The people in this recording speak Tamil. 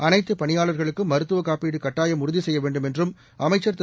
அனைத்தபணியாள்களுக்கும் மருத்துவக்காப்பீடுகட்டாயம் உறுதிசெய்யவேண்டும் என்றம் அமைச்சர் திரு